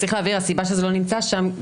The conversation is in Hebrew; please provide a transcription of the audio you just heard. הסיבה שזה לא נמצא שם,